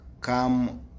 come